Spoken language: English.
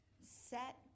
set